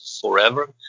forever